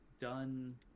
done